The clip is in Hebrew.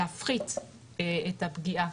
להפחית את הפגיעה.